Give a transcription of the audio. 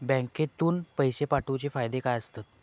बँकेतून पैशे पाठवूचे फायदे काय असतत?